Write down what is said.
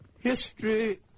History